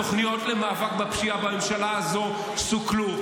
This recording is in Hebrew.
התוכניות למאבק בפשיעה בממשלה הזו סוכלו.